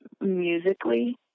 musically